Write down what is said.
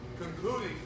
concluding